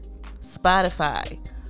Spotify